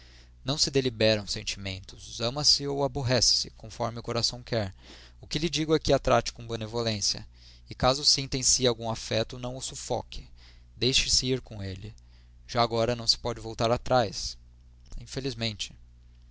não se deliberam sentimentos ama se ou aborrece se conforme o coração quer o que lhe digo é que a trate com benevolência e caso sinta em si algum afeto não o sufoque deixe-se ir com ele já agora não se pode voltar atrás infelizmente